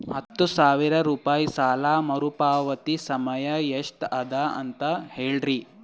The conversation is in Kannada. ಹತ್ತು ಸಾವಿರ ರೂಪಾಯಿ ಸಾಲ ಮರುಪಾವತಿ ಸಮಯ ಎಷ್ಟ ಅದ ಅಂತ ಹೇಳರಿ?